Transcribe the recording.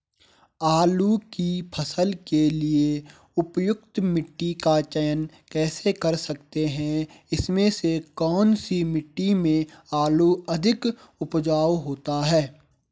आलू की फसल के लिए उपयुक्त मिट्टी का चयन कैसे कर सकते हैं इसमें से कौन सी मिट्टी में आलू अधिक उपजाऊ होता है?